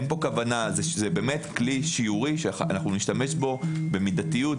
אין פה כוונה זה כלי שיורי שנשתמש בו במידתיות,